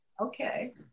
Okay